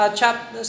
chapter